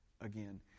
again